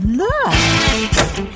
look